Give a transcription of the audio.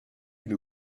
une